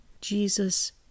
jesus